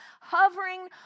hovering